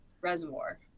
reservoir